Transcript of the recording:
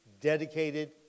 dedicated